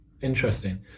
interesting